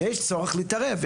יש צורך להתערב.